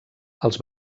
els